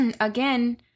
again